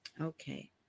Okay